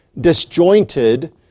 disjointed